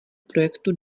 projektu